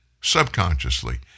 subconsciously